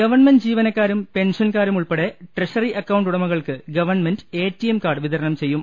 government ജീവനക്കാരും പെൻഷൻകാരും ഉൾപ്പെടെ ട്രഷറി അക്കൌണ്ട് ഉടമകൾക്ക് ഗവൺമെന്റ് എടിഎം കാർഡ് വിതരണം ചെയ്യും